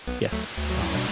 Yes